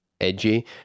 edgy